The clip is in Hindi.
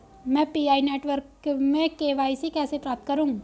मैं पी.आई नेटवर्क में के.वाई.सी कैसे प्राप्त करूँ?